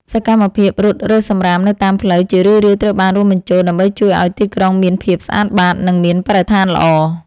សកម្មភាពរត់រើសសំរាមនៅតាមផ្លូវ ជារឿយៗត្រូវបានរួមបញ្ចូល ដើម្បីជួយឱ្យទីក្រុងមានភាពស្អាតបាត និងមានបរិស្ថានល្អ។